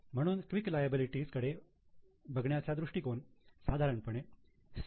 म्हणून quick liability कडे बघण्याचा दृष्टिकोन साधारणपणे सी